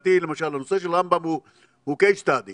מבחינתי הנושא של רמב"ם הוא קייס סטאדי